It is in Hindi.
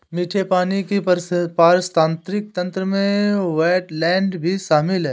मीठे पानी के पारिस्थितिक तंत्र में वेट्लैन्ड भी शामिल है